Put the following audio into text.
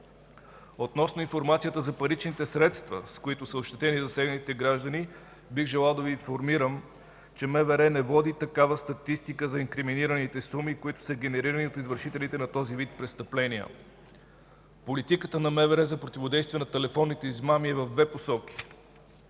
Относно информацията за паричните средства, с които са ощетени засегнатите граждани, бих желал да Ви информирам, че МВР не води такава статистика за инкриминираните суми, които са генерирани от извършителите на този вид престъпления. Политиката на МВР за противодействие на телефонните измами е в две посоки: